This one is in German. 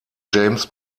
james